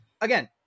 again